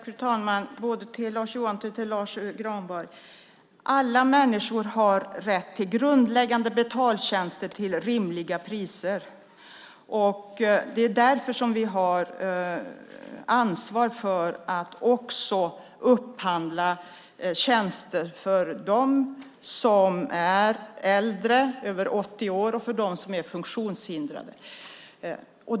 Fru talman! Både till Lars Johansson och till Lars U Granberg vill jag säga: Alla människor har rätt till grundläggande betaltjänster till rimliga priser. Det är därför som vi har ansvar för att upphandla tjänster också för dem som är äldre, över 80 år, och för dem som är funktionshindrade.